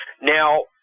Now